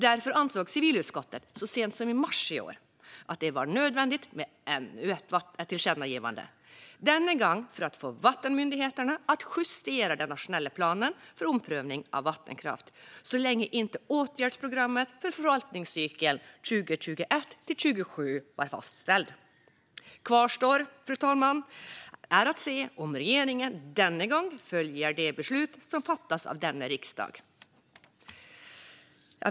Därför ansåg civilutskottet så sent som i mars i år att det var nödvändigt med ännu ett tillkännagivande - denna gång för att få vattenmyndigheterna att justera den nationella planen för omprövning av vattenkraft så länge inte åtgärdsprogrammet för förvaltningscykeln 2021-2027 var fastställt. Det återstår, fru talman, att se om regeringen denna gång följer det beslut som fattats av denna riksdag.